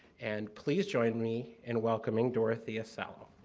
and, please join me in welcoming dorothea salo.